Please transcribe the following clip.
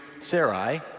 Sarai